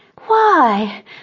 Why